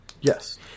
Yes